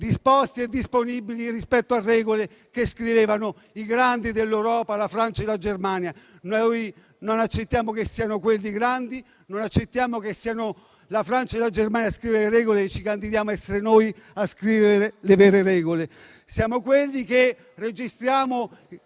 disposti e disponibili rispetto a regole che scrivevano i grandi dell'Europa, la Francia e la Germania. Noi non accettiamo che siano quelli i grandi, non accettiamo che siano la Francia e la Germania a scrivere le regole e ci candidiamo ad essere noi a scrivere le vere regole. Siamo quelli che registrano